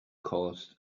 caused